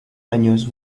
años